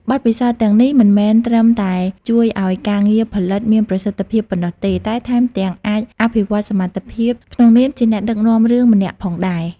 បទពិសោធន៍ទាំងនេះមិនមែនត្រឹមតែជួយឲ្យការងារផលិតមានប្រសិទ្ធភាពប៉ុណ្ណោះទេ តែថែមទាំងអាចអភិវឌ្ឍសមត្ថភាពក្នុងនាមជាអ្នកដឹកនាំរឿងម្នាក់ផងដែរ។